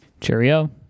Cheerio